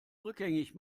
rückgängig